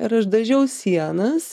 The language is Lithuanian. ir aš dažiau sienas